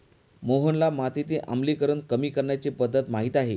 मोहनला मातीतील आम्लीकरण कमी करण्याची पध्दत माहित आहे